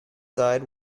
side